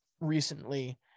recently